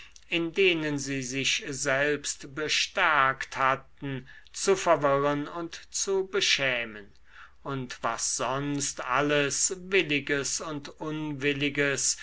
in denen sie sich selbst bestärkt hatten zu verwirren und zu beschämen und was sonst alles williges und unwilliges